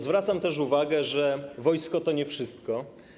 Zwracam też uwagę, że wojsko to nie wszystko.